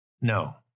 No